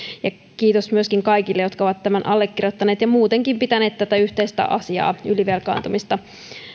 ja kiitos myöskin kaikille jotka ovat tämän allekirjoittaneet ja muutenkin pitäneet tätä yhteistä asiaa ylivelkaantumista